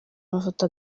amafoto